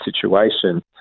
situation